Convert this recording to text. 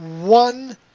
one